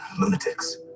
Lunatics